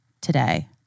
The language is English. today